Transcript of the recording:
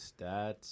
stats